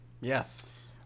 yes